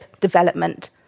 development